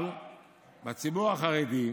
אבל בציבור החרדי,